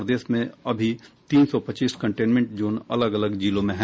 प्रदेश में अभी तीन सौ पच्चीस कंटेनमेंट जोन अलग अलग जिलों में है